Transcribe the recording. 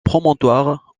promontoire